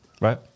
Right